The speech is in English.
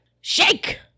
Shake